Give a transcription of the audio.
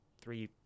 three